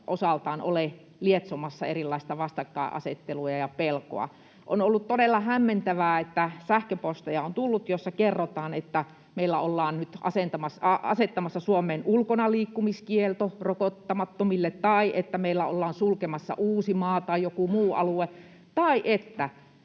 osaltaan ole lietsomassa erilaista vastakkainasettelua ja pelkoa. On ollut todella hämmentävää, että sähköposteja on tullut, joissa kerrotaan, että meillä ollaan nyt asettamassa Suomeen ulkonaliikkumiskielto rokottamattomille tai että meillä ollaan sulkemassa Uusimaa tai joku muu alue, ja —